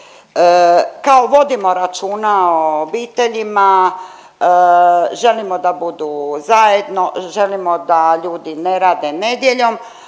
kao vodimo računa o obiteljima, želimo da budu zajedno, želimo da ljudi ne rade nedjeljom,